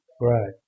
Right